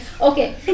Okay